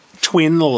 twin